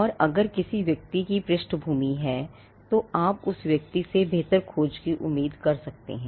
और अगर किसी व्यक्ति की पृष्ठभूमि है तो आप उस व्यक्ति से बेहतर खोज की उम्मीद कर सकते हैं